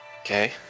Okay